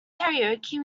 karaoke